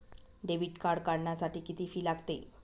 Debit card काढण्यासाठी किती fee लागते?